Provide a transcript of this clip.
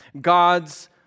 God's